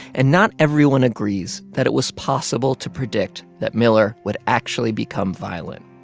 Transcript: and not everyone agrees that it was possible to predict that miller would actually become violent.